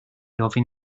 ofyn